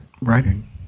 writing